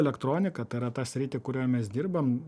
elektroniką tai yra tą sritį kurioje mes dirbam